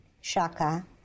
Shaka